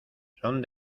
son